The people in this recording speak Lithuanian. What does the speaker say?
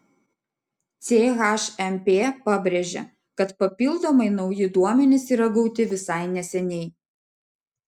chmp pabrėžė kad papildomai nauji duomenys yra gauti visai neseniai